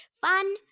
Fun